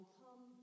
come